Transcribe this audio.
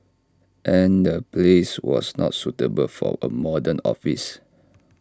and the place was not suitable for A modern office